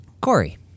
Corey